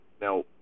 Now